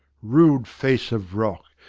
rude face of rock,